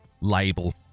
label